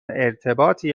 ارتباطی